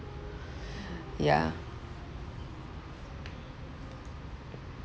yeah